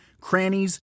crannies